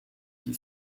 qui